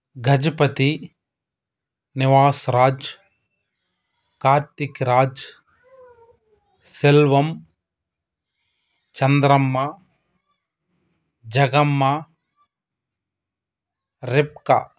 Gajapati Nivas Raj Karthik Raj Selvam Chandramma Jagamma Rebekah